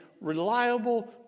reliable